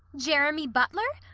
jeremy butler?